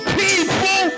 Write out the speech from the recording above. people